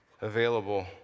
available